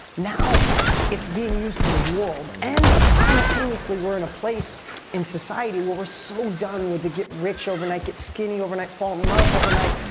now it's being used for the world and simultaneously we're in a place in society where we're so done with the get rich overnight, get skinny overnight, fall in love overnight,